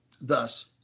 thus